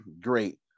great